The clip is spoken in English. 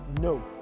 no